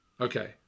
Okay